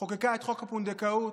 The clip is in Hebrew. חוקקה את חוק הפונדקאות,